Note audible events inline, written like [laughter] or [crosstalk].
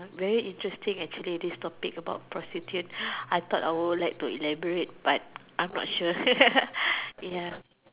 very interesting actually this topic about prostitute I thought I would like to elaborate but I am not sure [laughs] ya